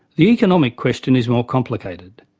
the economic question is more complicated.